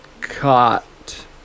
caught